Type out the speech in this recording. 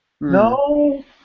No